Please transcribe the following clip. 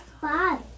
Five